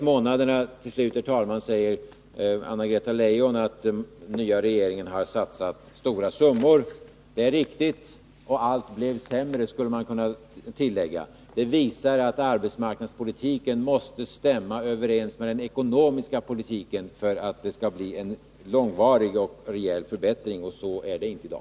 Under de första sex månaderna, säger Anna-Greta Leijon, har den nya regeringen satsat stora summor. Det är riktigt — och allt blev sämre, skulle man kunna tillägga. Det visar att arbetsmarknadspolitiken måste stämma överens med den ekonomiska politiken för att det skall bli en långsiktig och rejäl förbättring — och så är det inte i dag.